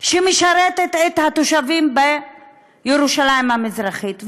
שמשרתת את התושבים בירושלים המזרחית,